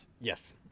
Yes